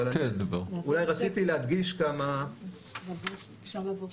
ברווחי היתר, כמו שהזכרנו בכמה